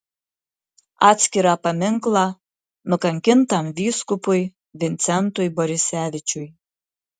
atskirą paminklą nukankintam vyskupui vincentui borisevičiui